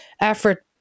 effort